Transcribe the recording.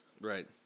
Right